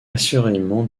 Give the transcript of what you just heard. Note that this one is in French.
assurément